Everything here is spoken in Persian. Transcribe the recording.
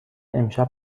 امشب